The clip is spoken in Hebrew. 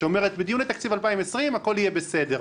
דיוני תקציב 2020. את אומרת שבדיוני תקציב 2020 הכול יהיה בסדר.